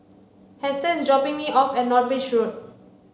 Hester is dropping me off at North Bridge Road